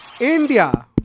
India